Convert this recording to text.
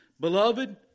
Beloved